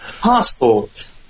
passport